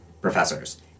professors